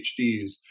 PhDs